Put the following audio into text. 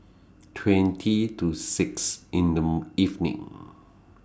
twenty to six in The evening